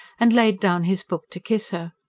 and laid down his book to kiss her.